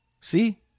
see